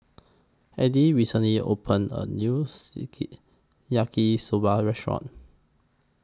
Eddy recently opened A New Yaki Soba Restaurant